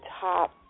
top